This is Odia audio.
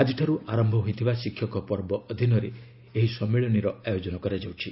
ଆଜିଠାରୁ ଆରମ୍ଭ ହୋଇଥିବା ଶିକ୍ଷକ ପର୍ବ ଅଧୀନରେ ଏହି ସମ୍ମିଳନୀର ଆୟୋଜନ କରାଯାଉଛି